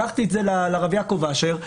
שלחתי אותו לרב יעקב אשר.